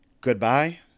goodbye